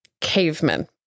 Cavemen